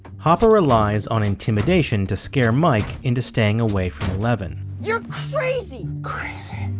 hopper relies on intimidation to scare mike into staying away from eleven. you're crazy! crazy?